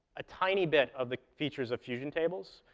a tiny bit of the features of fusion tables.